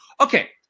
Okay